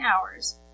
hours